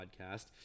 podcast